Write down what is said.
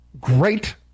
great